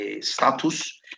status